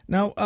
Now